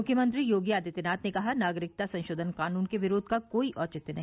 मुख्यमंत्री योगी आदित्यनाथ ने कहा नागरिकता संशोधन कानून के विरोध का कोई औचित्य नहीं